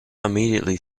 immediately